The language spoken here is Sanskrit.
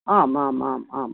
आम् आम् आम् आम्